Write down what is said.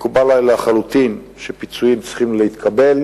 מקובל עלי לחלוטין שצריכים להתקבל